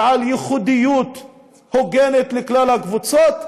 ועל ייחודיות הוגנת לכלל הקבוצות,